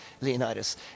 Leonidas